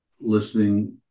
listening